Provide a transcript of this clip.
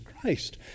Christ